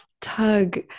tug